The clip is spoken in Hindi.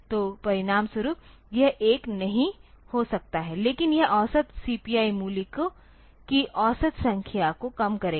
तो परिणामस्वरूप यह 1 नहीं हो सकता है लेकिन यह औसत CPI मूल्य की औसत संख्या को कम करेगा